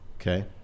Okay